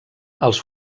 els